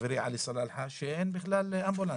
חברי עלי סלאלחה, שאין בהם בכלל אמבולנס.